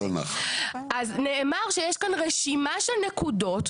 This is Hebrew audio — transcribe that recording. אז נאמר שיש כאן רשימה של נקודות,